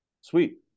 Sweet